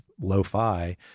lo-fi